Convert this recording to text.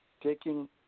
taking